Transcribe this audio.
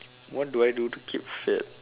what do I do to keep fit